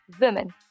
women